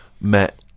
met